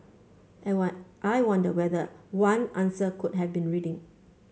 and one I wonder whether one answer could have been reading